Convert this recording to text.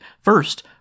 first